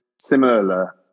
similar